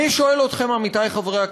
אני שואל אתכם, עמיתי חברי הכנסת,